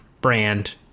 brand